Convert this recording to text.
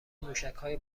موشکهای